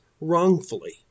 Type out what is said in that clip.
wrongfully